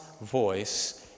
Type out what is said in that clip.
voice